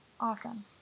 Awesome